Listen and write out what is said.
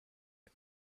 him